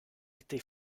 été